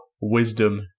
wisdom